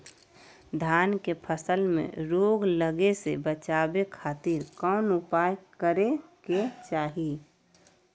धान के फसल में रोग लगे से बचावे खातिर कौन उपाय करे के चाही?